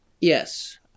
yes